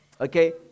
Okay